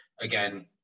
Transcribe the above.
Again